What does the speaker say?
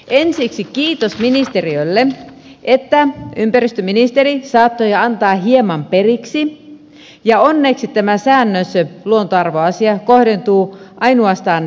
ensiksi kiitos ministeriölle että ympäristöministeri saattoi antaa hieman periksi ja onneksi tämä säännös luontoarvoasia kohdentuu ainoastaan turvetuotantoon